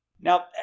Now